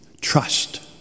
trust